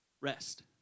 rest